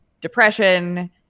depression